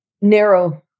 narrow